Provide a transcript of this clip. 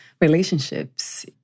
relationships